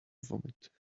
vomit